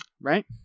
Right